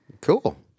Cool